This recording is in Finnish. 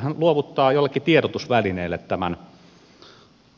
hän luovuttaa jollekin tiedotusvälineelle tämän